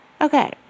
Okay